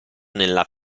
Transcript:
nella